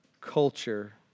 culture